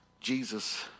Jesus